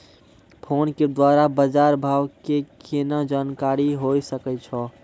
Phone के द्वारा बाज़ार भाव के केना जानकारी होय सकै छौ?